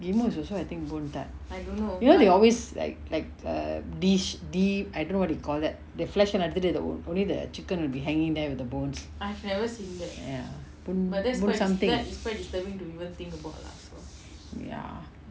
ghim moh is also I think boon tat you know they always like like err dish deep I don't know what they call that the flesh lah எடுத்துட்டு:eduthutu the oh only the chicken will be hanging there with the bones ya boon boon something ya